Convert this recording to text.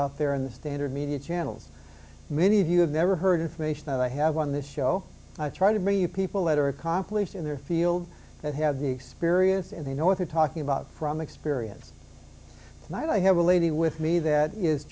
out there in the standard media channels many of you have never heard information i have on this show i try to many people that are accomplished in their field that have the experience and they know what they're talking about from experience and i have a lady with me that is